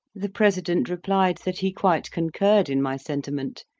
the president replied that he quite concurred in my sentiment,